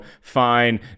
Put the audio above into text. fine